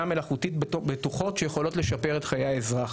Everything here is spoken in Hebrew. מלאכותית בטוחות שיכולות לשפר את חיי האזרח.